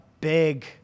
big